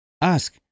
Ask